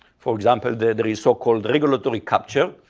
for example, the so-called regulatory capture,